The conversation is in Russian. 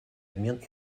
обмен